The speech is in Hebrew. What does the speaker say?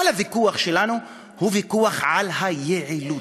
כל הוויכוח שלנו הוא ויכוח על היעילות,